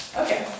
okay